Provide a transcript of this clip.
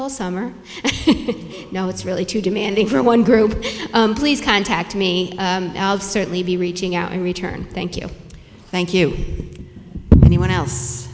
whole summer you know it's really too demanding for one group please contact me certainly be reaching out in return thank you thank you anyone else